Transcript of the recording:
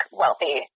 wealthy